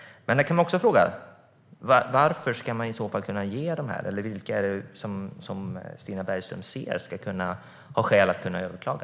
Frågan blir då: Vilka är det Stina Bergström ser som har skäl att kunna överklaga?